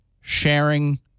sharing